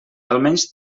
almenys